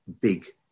big